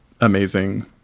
amazing